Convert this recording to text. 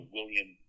William